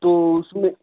تو اس میں